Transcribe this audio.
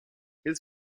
his